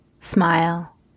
smile